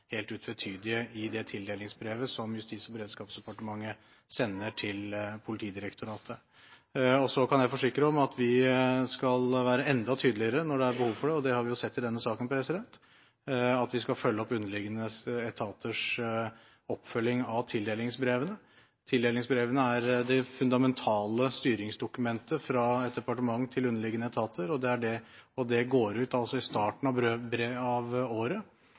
helt utvetydige i det tildelingsbrevet som Justis- og beredskapsdepartementet har sendt til Politidirektoratet. Jeg kan forsikre om at vi skal være enda tydeligere når det er behov for det, det har vi jo sett i denne saken, og at vi skal følge opp underliggende etaters oppfølging av tildelingsbrevene. Tildelingsbrevene er det fundamentale styringsdokumentet fra et departement til underliggende etater. Det går altså ut i starten av året,